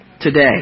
today